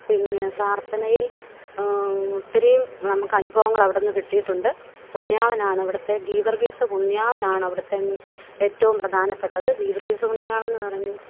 പിന്നെ പ്രാർത്ഥനയിൽ ഒത്തിരീം നമുക്ക് അനുഭവങ്ങൾ അവിടെന്ന് കിട്ടിയിട്ടുണ്ട് പുണ്യാളനാണ് അവിടത്തെ ഗീവർഗീസ് പുണ്യാളനാണ് അവിടത്തെ ഏറ്റവും പ്രധാനപ്പെട്ടത് ഗീവർഗീസ് പുണ്യാളൻ എന്നു പറഞ്ഞ്